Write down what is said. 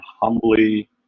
humbly